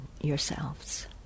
yourselves